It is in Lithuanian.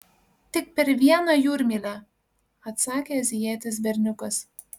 tik per vieną jūrmylę atsakė azijietis berniukas